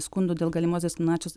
skundų dėl galimos diskriminacijos